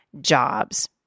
jobs